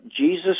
Jesus